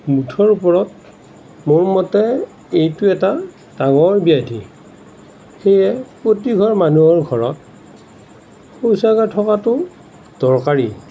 মুঠৰ ওপৰত মোৰ মতে এইটো এটা ডাঙৰ ব্যাধি সেয়ে প্ৰতিঘৰ মানুহৰ ঘৰত শৌচাগাৰ থকাটো দৰকাৰী